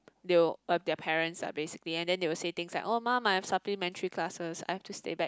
they will their parents ah basically and then they will say things like orh mum I've supplementary classes I've to stay back